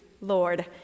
Lord